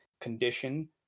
condition